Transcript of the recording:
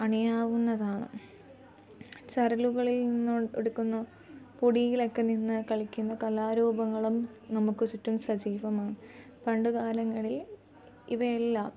അണിയാവുന്നതാണ് ചരലുകളിൽ നിന്നും എടുക്കുന്ന പൊടിയിലൊക്കെ നിന്ന് കളിക്കുന്ന കലാരൂപങ്ങളും നമുക്ക് ചുറ്റും സജീവമാണ് പണ്ടുകാലങ്ങളിൽ ഇവയെല്ലാം